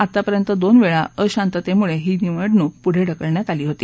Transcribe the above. आतापर्यंत दोन वेळा अशांततेमुळे ही निवडणूक पुढं ढकलण्यात आली होती